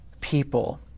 people